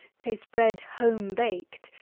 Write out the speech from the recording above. taste bread home-baked,